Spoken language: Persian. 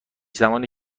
زمانی